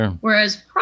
whereas